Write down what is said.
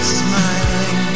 smiling